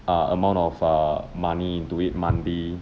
a amount of err money do it monthly